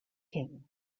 king